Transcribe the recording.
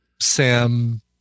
sam